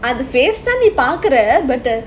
face தான் நீ பாக்குற:than nee paakura but the